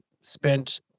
spent